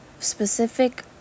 Specific